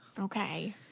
Okay